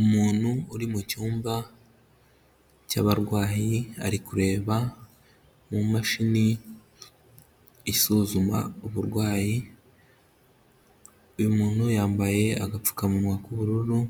Umuntu uri mu cyumba cy'abarwayi ari kureba mu mashini isuzuma uburwayi, uyu muntu yambaye agapfukamunwa k'ubururu,